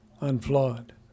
unflawed